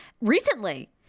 Recently